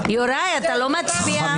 7